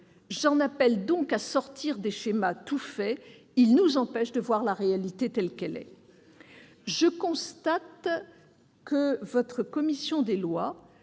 J'appelle à sortir de ces schémas tout faits, qui nous empêchent de voir la réalité telle qu'elle est. Je constate que votre commission des lois,